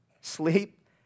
sleep